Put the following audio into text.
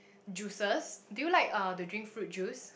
juices do you like uh to drink fruit juice